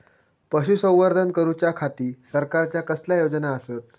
पशुसंवर्धन करूच्या खाती सरकारच्या कसल्या योजना आसत?